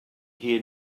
here